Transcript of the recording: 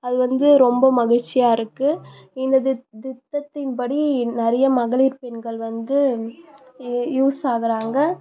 அது வந்து ரொம்ப மகிழ்ச்சியா இருக்கு இந்த திட்டத்தின் படி நிறைய மகளிர் பெண்கள் வந்து இ யூஸ் ஆகுறாங்க